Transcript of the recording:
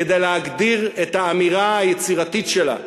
כדי להגדיר את האמירה היצירתית שלה.